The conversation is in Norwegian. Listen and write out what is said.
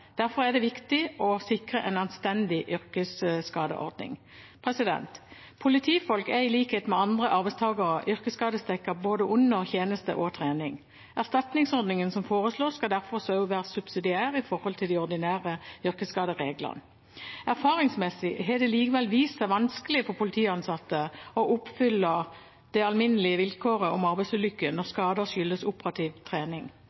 Derfor er det viktig å sikre en anstendig yrkesskadeordning. Politifolk er i likhet med andre arbeidstakere yrkesskadedekket under både tjeneste og trening. Erstatningsordningen som foreslås, skal derfor også være subsidiær i forhold til de ordinære yrkesskadereglene. Erfaringsmessig har det likevel vist seg vanskelig for politiansatte å oppfylle det alminnelige vilkåret om arbeidsulykke når skader skyldes operativ trening.